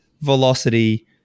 velocity